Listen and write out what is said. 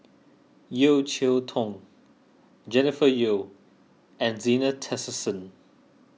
Yeo Cheow Tong Jennifer Yeo and Zena Tessensohn